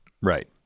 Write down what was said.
Right